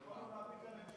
לא נורא, לא נורא.